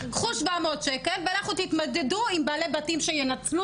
קחו 700 ₪ ולכו תתמודדו עם בעלי בתים שינצלו